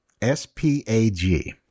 SPAG